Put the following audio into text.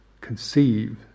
conceive